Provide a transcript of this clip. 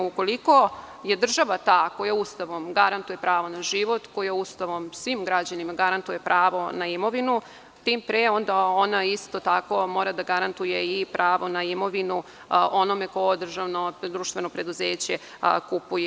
Ukoliko je država ta koja Ustavom garantuje pravo na život, koja Ustavom svim građanima garantuje pravo na imovinu tim pre onda ona isto tako mora da garantuje i pravo na imovinu onome ko državno društveno preduzeće kupuje.